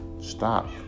Stop